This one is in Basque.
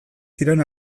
ziren